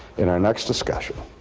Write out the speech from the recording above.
in our next discussion,